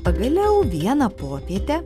pagaliau vieną popietę